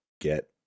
get